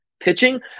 pitching